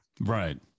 Right